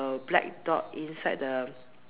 a black dot inside the